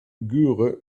göre